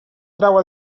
trau